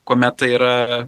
kuomet tai yra